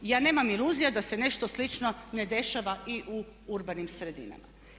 Ja nemam iluzija da se nešto slično ne dešava i u urbanim sredinama.